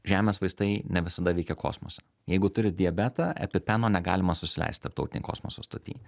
žemės vaistai ne visada veikia kosmose jeigu turi diabetą epipeno negalima susileist tarptautinėj kosmoso stoty